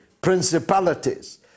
principalities